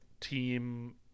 team